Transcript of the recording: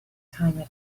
time